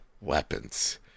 weapons